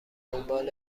دنبال